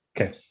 Okay